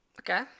Okay